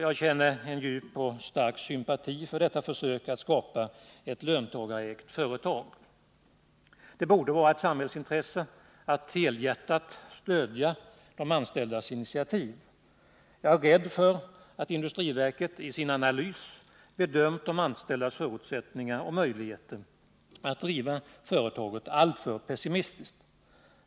Jag känner en djup och stark sympati för detta försök att skapa ett löntagarägt företag. Det borde vara ett samhällsintresse att helhjärtat stödja de anställdas initiativ. Jag är rädd för att industriverket i sin analys har bedömt de anställdas förutsättningar och möjligheter att driva företaget alltför pessimistiskt.